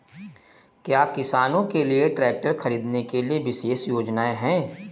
क्या किसानों के लिए ट्रैक्टर खरीदने के लिए विशेष योजनाएं हैं?